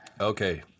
okay